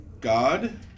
God